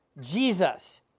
Jesus